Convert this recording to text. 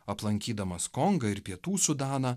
aplankydamas kongą ir pietų sudaną